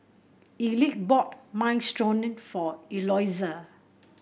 Elick bought Minestrone for Eloisa